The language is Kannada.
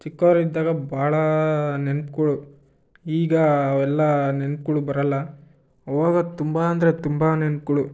ಚಿಕ್ಕೋವ್ರು ಇದ್ದಾಗ ಭಾಳ ನೆನ್ಪುಗಳು ಈಗ ಅವೆಲ್ಲ ನೆನ್ಪುಗಳು ಬರಲ್ಲ ಅವಾಗ ತುಂಬ ಅಂದರೆ ತುಂಬ ನೆನ್ಪುಗಳು